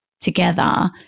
together